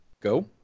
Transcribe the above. Go